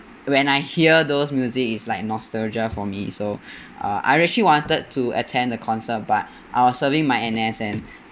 when I hear those music it's like nostalgia for me so uh I actually wanted to attend the concert but I was serving my N_S and